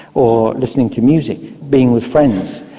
or listening to music, being with friends,